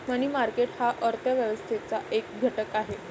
मनी market हा अर्थ व्यवस्थेचा एक घटक आहे